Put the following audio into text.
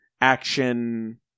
action